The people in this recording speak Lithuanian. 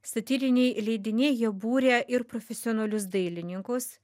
satyriniai leidiniai jie būrė ir profesionalius dailininkus